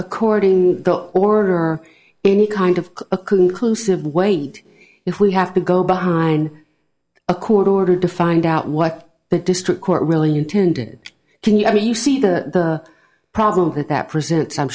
according go order any kind of a conclusive wait if we have to go behind a court order to find out what the district court really intended to you i mean you see the problem with that present time